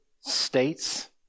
States